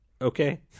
okay